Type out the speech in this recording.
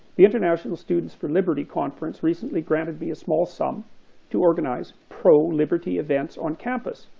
the international students for liberty conference recently granted me a small sum to organize pro-liberty events on campus,